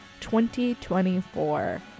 2024